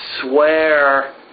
swear